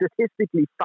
statistically